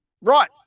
Right